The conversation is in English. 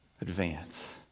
advance